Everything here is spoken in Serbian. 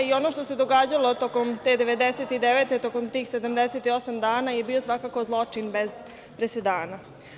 I ono što se događalo tokom te 1999. godine, tokom tih 78 dana, je bio svakako zločin bez presedana.